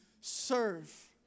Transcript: serve